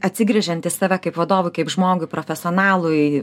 atsigręžiant į save kaip vadovui kaip žmogui profesionalui